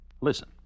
Listen